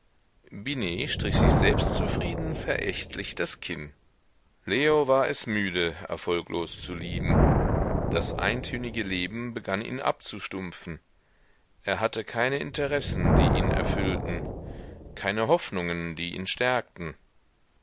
strich sich selbstzufrieden verächtlich das kinn leo war es müde erfolglos zu lieben das eintönige leben begann ihn abzustumpfen er hatte keine interessen die ihn erfüllten keine hoffnungen die ihn stärkten